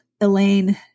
elaine